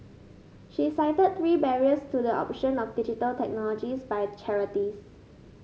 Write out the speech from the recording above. she cited three barriers to the option of Digital Technologies by charities